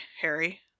Harry